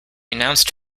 announced